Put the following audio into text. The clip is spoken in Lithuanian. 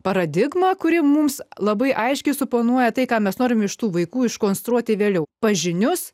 paradigma kuri mums labai aiškiai suponuoja tai ką mes norime iš tų vaikų iš konstruoti vėliau pažinius